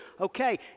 Okay